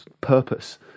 purpose